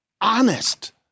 honest